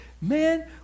man